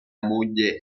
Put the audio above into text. moglie